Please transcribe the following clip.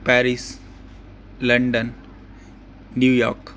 Paris London New York